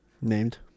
named